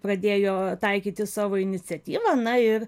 pradėjo taikyti savo iniciatyva na ir